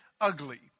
ugly